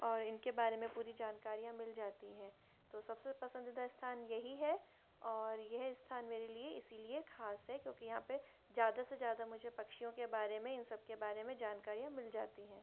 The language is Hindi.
और इनके बारे में पूरी जानकारियाँ मिल जाती है तो सबसे पसंदीदा स्थान यही है और यह स्थान मेरे लिए इसीलिए खास है क्योंकि यहाँ पर ज़्यादा से ज़्यादा मुझे पक्षियों के बारे में इन सबके बारे में जानकारियाँ मिल जाती हैं